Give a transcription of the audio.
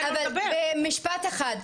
משפט אחד.